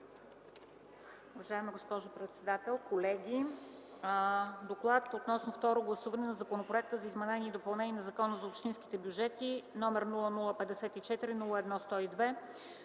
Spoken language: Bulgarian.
Уважаема госпожо председател, колеги! „Доклад относно второ гласуване на Законопроекта за изменение и допълнение на Закона за общинските бюджети, № 054-01-102,